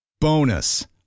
Bonus